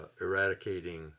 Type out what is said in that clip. eradicating